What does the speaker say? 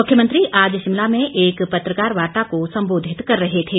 मुख्यमंत्री आज शिमला में एक पत्रकार वार्ता को संबोधित कर रहे थे